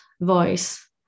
voice